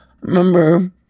remember